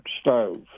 stove